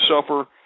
suffer